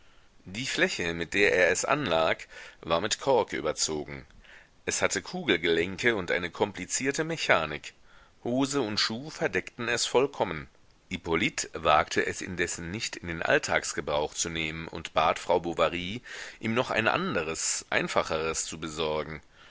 die fläche mit der es anlag war mit kork überzogen es hatte kugelgelenke und eine komplizierte mechanik hose und schuh verdeckten es vollkommen hippolyt wagte es indessen nicht in den alltagsgebrauch zu nehmen und bat frau bovary ihm noch ein anderes einfacheres zu besorgen